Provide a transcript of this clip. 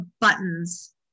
buttons